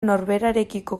norberarekiko